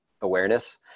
awareness